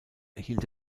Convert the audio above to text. hielt